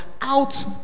out